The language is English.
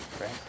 right